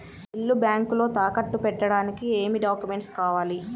ఇల్లు బ్యాంకులో తాకట్టు పెట్టడానికి ఏమి డాక్యూమెంట్స్ కావాలి?